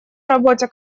работе